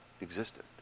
existed